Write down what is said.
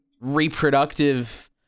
reproductive